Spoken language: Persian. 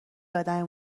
ادم